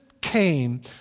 came